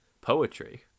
poetry